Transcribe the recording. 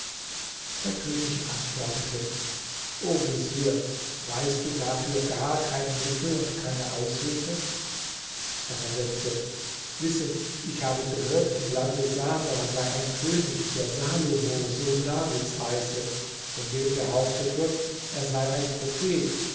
der könig antwortete o vezier weißt du dafür gar kein mittel und keine aushilfe er versetzte wisse ich habe gehört im lande saba sei ein könig der salomo sohn davids heiße von dem behauptet wird er sei ein prophet